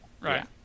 Right